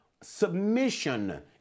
submission